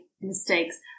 mistakes